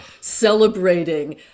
celebrating